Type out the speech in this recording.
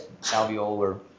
alveolar